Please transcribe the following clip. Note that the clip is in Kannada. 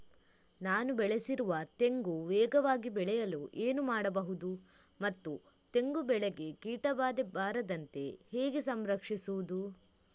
ನಾನು ಬೆಳೆಸಿರುವ ತೆಂಗು ವೇಗವಾಗಿ ಬೆಳೆಯಲು ಏನು ಮಾಡಬಹುದು ಮತ್ತು ತೆಂಗು ಬೆಳೆಗೆ ಕೀಟಬಾಧೆ ಬಾರದಂತೆ ಹೇಗೆ ಸಂರಕ್ಷಿಸುವುದು?